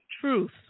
Truth